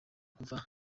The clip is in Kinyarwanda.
kuva